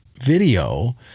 video